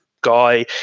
guy